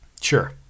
Sure